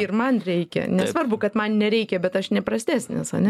ir man reikia nesvarbu kad man nereikia bet aš neprastesnis ane